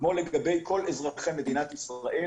כמו לגבי כל אזרחי מדינת ישראל,